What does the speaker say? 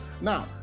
Now